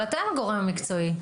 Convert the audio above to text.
אבל אתם הגורם המקצועי.